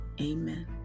amen